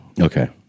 okay